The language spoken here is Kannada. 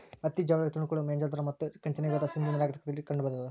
ಹತ್ತಿ ಜವಳಿಗಳ ತುಣುಕುಗಳು ಮೊಹೆಂಜೊದಾರೋ ಮತ್ತು ಕಂಚಿನ ಯುಗದ ಸಿಂಧೂ ನಾಗರಿಕತೆ ಸ್ಥಳಗಳಲ್ಲಿ ಕಂಡುಬಂದಾದ